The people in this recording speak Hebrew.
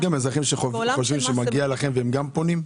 יש גם אזרחים שחושבים שמגיע לכם והם פונים?